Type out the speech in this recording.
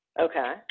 okay